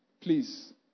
please